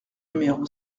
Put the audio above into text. numéro